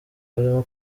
barimo